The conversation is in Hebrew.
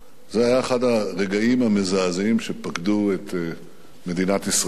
זה היה אחד הרגעים המזעזעים שפקדו את מדינת ישראל,